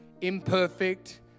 imperfect